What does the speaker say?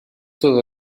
todo